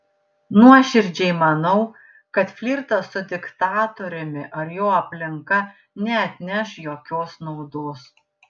nuoširdžiai manau kad flirtas su diktatoriumi ar jo aplinka neatneš jokios naudos